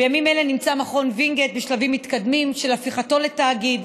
בימים אלה נמצא מכון וינגייט בשלבים מתקדמים של הפיכתו לתאגיד,